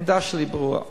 העמדה שלי ברורה,